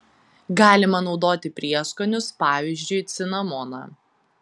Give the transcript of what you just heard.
galima naudoti prieskonius pavyzdžiui cinamoną